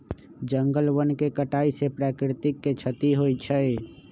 जंगल वन के कटाइ से प्राकृतिक के छति होइ छइ